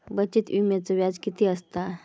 बचत विम्याचा व्याज किती असता?